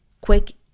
quick